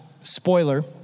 spoiler